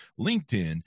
LinkedIn